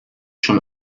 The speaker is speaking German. schon